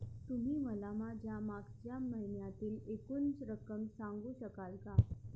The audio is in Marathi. तुम्ही मला माझ्या मागच्या महिन्यातील एकूण रक्कम सांगू शकाल का?